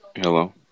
Hello